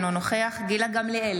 אינו נוכח גילה גמליאל,